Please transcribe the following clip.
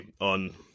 on